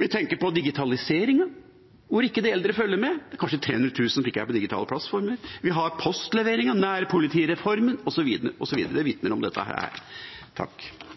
Jeg tenker på digitaliseringen, hvor de eldre ikke henger med. Det er kanskje 300 000 som ikke er på digitale plattformer. Vi har postlevering, nærpolitireformen osv. Alt dette vitner om